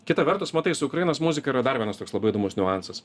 kita vertus matai su ukrainos muzika yra dar vienas toks labai įdomus niuansas